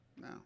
No